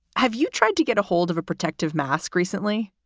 have you tried to get a hold of a protective mask recently,